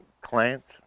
clients